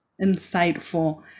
insightful